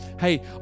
Hey